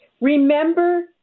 remember